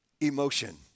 emotion